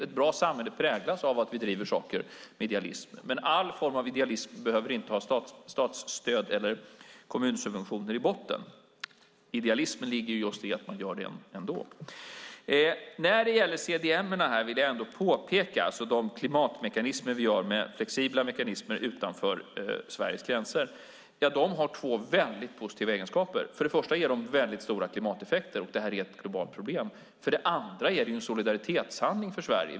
Ett bra samhälle präglas av att vi driver saker av idealism, men all form av idealism behöver inte ha statsstöd eller kommunsubventioner i botten. I idealismen ligger just att man gör det ändå. När det gäller CDM:en, alltså de klimatmekanismer vi har, flexibla mekanismer utanför Sveriges gränser, vill jag påpeka att de har två mycket positiva egenskaper. För det första ger de stora klimateffekter, och det här är ett globalt problem. För det andra är det en solidaritetshandling för Sverige.